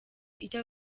icyo